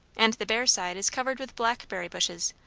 and the bare side is covered with blackberry bushes,